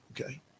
Okay